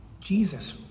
Jesus